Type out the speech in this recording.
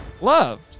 loved